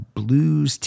blues